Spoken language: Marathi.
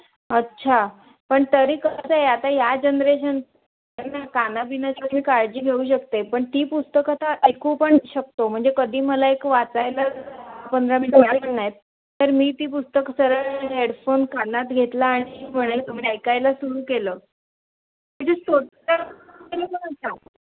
अच्छा पण तरी कसं आहे आता या जनरेशन ना काना बिनासाठी काळजी घेऊ शकते पण ती पुस्तकं तर ऐकू पण शकतो म्हणजे कधी मला एक वाचायला पंधरा मिनटं लागणार पण नाहीत तर मी ती पुस्तकं सरळ हेडफोन कानात घेतला आणि म्हणे तुम्ही ऐकायला सुरू केलं म्हणजे स्वतः